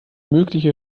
mögliche